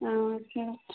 ആ ഓക്കെ ഡോക്ടറെ